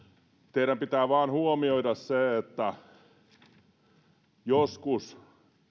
teidän pitää vain huomioida se että joskus